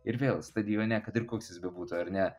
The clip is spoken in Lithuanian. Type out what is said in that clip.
ir vėl stadione kad ir koks jis bebūtų ar ne